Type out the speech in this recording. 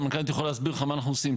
הסמנכ"לית יכולה להסביר לך מה אנחנו עושים.